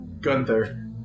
Gunther